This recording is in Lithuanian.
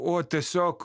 o tiesiog